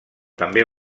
també